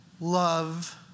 love